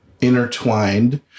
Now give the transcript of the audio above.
intertwined